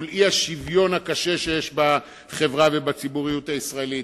מול אי-שוויון קשה שיש בחברה ובציבוריות הישראליות,